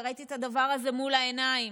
וראיתי את הדבר הזה מול העיניים,